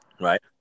right